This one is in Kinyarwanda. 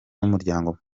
n’umuryango